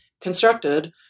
constructed